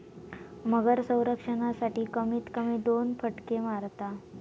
मगर संरक्षणासाठी, कमीत कमी दोन फटके मारता